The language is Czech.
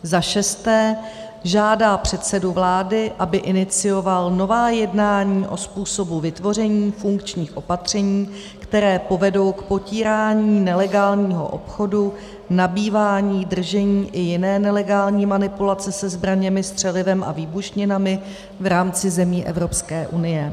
VI. žádá předsedu vlády, aby inicioval nová jednání o způsobu vytvoření funkčních opatření, která povedou k potírání nelegálního obchodu, nabývání, držení i jiné nelegální manipulace se zbraněmi, střelivem a výbušninami v rámci zemí Evropské unie;